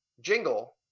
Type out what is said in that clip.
jingle